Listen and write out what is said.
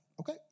okay